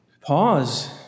pause